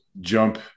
jump